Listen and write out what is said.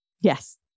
Yes